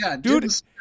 Dude